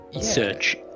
search